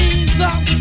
Jesus